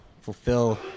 fulfill